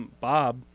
Bob